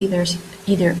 either